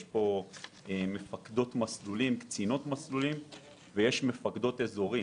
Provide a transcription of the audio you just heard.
יש מפקדות מסלולים ויש מפקדות אזורים.